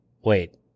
wait